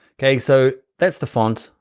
okay, so that's the font.